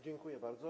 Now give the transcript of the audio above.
Dziękuję bardzo.